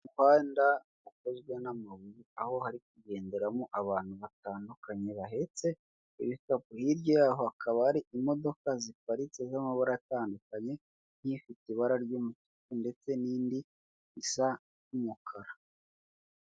Umuhanda ukozwe n'amabuye, aho hari kugenderamo abantu batandukanye bahetse ibikapu, hirya yaho hakaba hari imodoka ziparitse z'amabara atandukanye nk'ifite ibara ry'umutuku ndetse n'indi isa n'umukara.